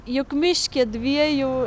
juk miške dviejų